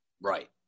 Right